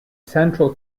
central